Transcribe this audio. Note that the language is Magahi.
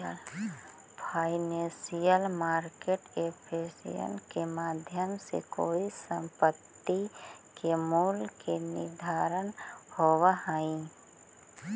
फाइनेंशियल मार्केट एफिशिएंसी के माध्यम से कोई संपत्ति के मूल्य के निर्धारण होवऽ हइ